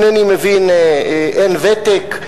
אינני מבין, אין ותק?